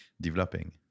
developing